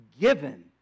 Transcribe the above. given